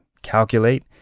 Calculate